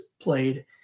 played